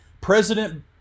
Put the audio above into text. President